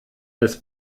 des